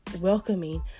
welcoming